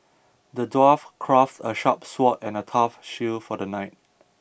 the dwarf craft a sharp sword and a tough shield for the knight